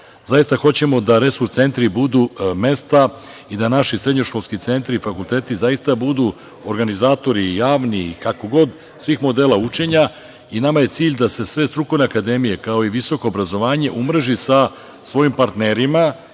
baza. Zaista hoćemo da resurs centri budu mesta i da naši srednjoškolski centri i fakulteti zaista budu organizatori, i javni i kako god, svih modela učenja. Nama je cilj da se sve strukovne akademije, kao i visoko obrazovanje, umreži sa svojim partnerima,